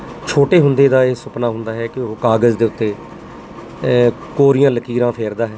ਛੋਟੇ ਹੁੰਦੇ ਦਾ ਇਹ ਸੁਪਨਾ ਹੁੰਦਾ ਹੈ ਕਿ ਉਹ ਕਾਗਜ਼ ਦੇ ਉੱਤੇ ਕੋਰੀਆਂ ਲਕੀਰਾਂ ਫੇਰਦਾ ਹੈ